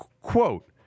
quote